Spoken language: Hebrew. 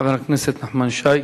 חבר הכנסת נחמן שי.